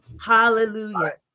Hallelujah